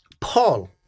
Paul